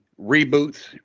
reboots